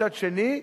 מצד שני,